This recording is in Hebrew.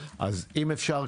אם אפשר,